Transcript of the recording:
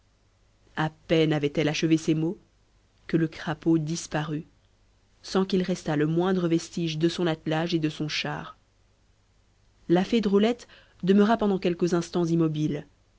a peine avait-elle achevé ces mots que le crapaud disparut sans qu'il restât le moindre vestige de son attelage et de son char la fée drôlette demeura pendant quelques instants immobile